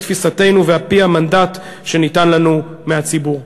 תפיסתנו ועל-פי המנדט שניתן לנו מהציבור.